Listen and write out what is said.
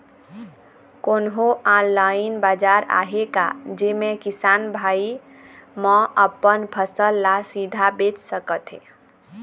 कोन्हो ऑनलाइन बाजार आहे का जेमे किसान भाई मन अपन फसल ला सीधा बेच सकथें?